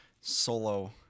solo